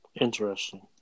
Interesting